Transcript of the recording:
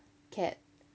cat